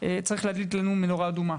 צריך להדליק לנו מנורה אדומה.